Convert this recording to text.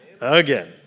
Again